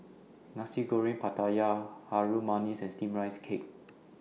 Nasi Goreng Pattaya Harum Manis and Steamed Rice Cake